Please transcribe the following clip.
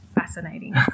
fascinating